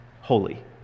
holy